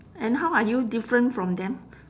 and how are you different from them